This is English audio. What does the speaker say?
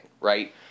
right